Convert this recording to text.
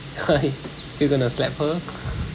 why still gonna slap her